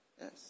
Yes